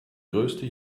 größte